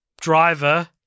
driver